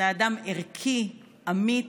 אתה אדם ערכי, אמיץ,